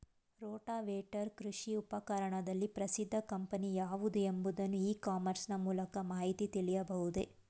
Rotavator ಕೃಷಿ ಉಪಕರಣದಲ್ಲಿ ಪ್ರಸಿದ್ದ ಕಂಪನಿ ಯಾವುದು ಎಂಬುದನ್ನು ಇ ಕಾಮರ್ಸ್ ನ ಮೂಲಕ ಮಾಹಿತಿ ತಿಳಿಯಬಹುದೇ?